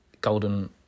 golden